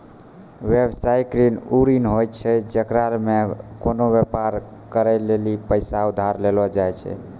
व्यवसायिक ऋण उ ऋण होय छै जेकरा मे कोनो व्यापार करै लेली पैसा उधार लेलो जाय छै